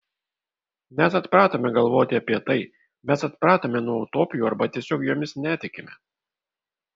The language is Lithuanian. mes atpratome galvoti apie tai mes atpratome nuo utopijų arba tiesiog jomis netikime